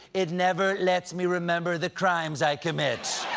it never lets me remember the crimes i commit.